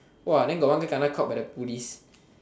!wah! then got one girl kena caught by the police